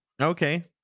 Okay